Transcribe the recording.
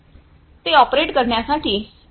ते ऑपरेट करण्यासाठी यूएव्ही चालविणे आवश्यक आहे